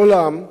מעולם,